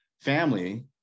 family